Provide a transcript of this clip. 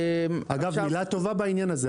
אגב, מילה טובה בעניין הזה.